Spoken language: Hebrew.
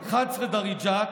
11. דריג'את,